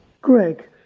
Greg